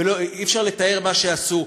ואי-אפשר לתאר את מה שעשו,